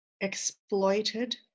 exploited